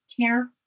care